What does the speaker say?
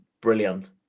brilliant